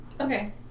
Okay